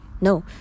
no